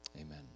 amen